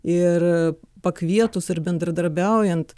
ir pakvietus ir bendradarbiaujant